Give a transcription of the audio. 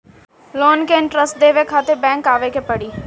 Loan के interest देवे खातिर बैंक आवे के पड़ी?